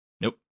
Nope